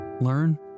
learn